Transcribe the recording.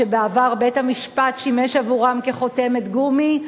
שבעבר בית-המשפט שימש עבורם חותמת גומי,